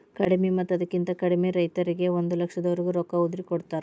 ಕಡಿಮಿ ಮತ್ತ ಅದಕ್ಕಿಂತ ಕಡಿಮೆ ರೈತರಿಗೆ ಒಂದ ಲಕ್ಷದವರೆಗೆ ರೊಕ್ಕ ಉದ್ರಿ ಕೊಡತಾರ